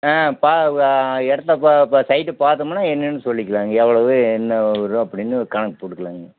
ஆ இடத்த சைட்டை பார்த்தோமுன்னா என்னன்னு சொல்லிக்கலாம்ங்க எவ்வளவு என்ன வரும் அப்படின்னு ஒரு கணக்கு போட்டுக்கலாங்க